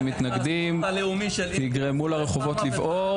יא מתנגדים; תגרמו לרחובות לבעור".